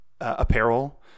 apparel